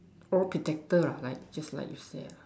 all protector right just like what you said